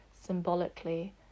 symbolically